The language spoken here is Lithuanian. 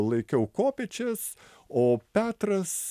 laikiau kopėčias o petras